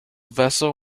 vessel